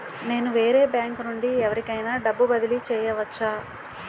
నేను వేరే బ్యాంకు నుండి ఎవరికైనా డబ్బు బదిలీ చేయవచ్చా?